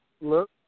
Look